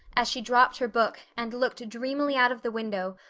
as she dropped her book and looked dreamily out of the window,